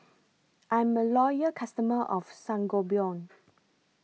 I'm A Loyal customer of Sangobion